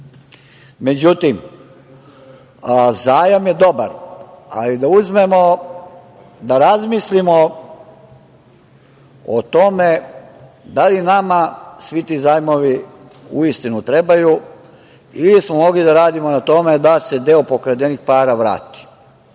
itd.Međutim, zajam je dobar, ali da razmislimo o tome da li nama svi ti zajmovi uistinu trebaju ili smo mogli da radimo na tome da se deo pokradenih para vrati. Pošto